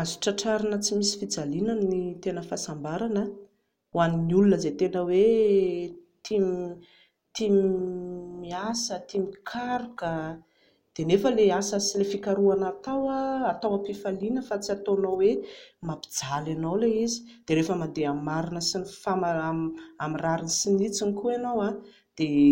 Azo tratrarina tsy misy fijaliana ny tena fahasambarana ho an'ny olona izay tena hoe tia miasa, tia mikaroka, dia nefa ilay asa sy ilay fikarohana hatao hatao am-pifaliana fa tsy hataonao hoe mampijaly anao ilay izy dia rehefa mandeha amin'ny marina, amin'ny rariny sy ny hitsiny koa ianao dia